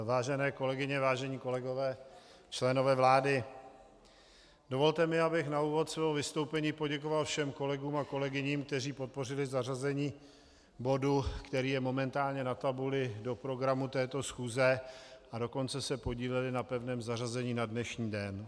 Vážené kolegyně, vážení kolegové, členové vlády, dovolte mi, abych na úvod svého vystoupení poděkoval všem kolegům a kolegyním, kteří podpořili zařazení bodu, který je momentálně na tabuli, do programu této schůze, a dokonce se podíleli na pevném zařazení na dnešní den.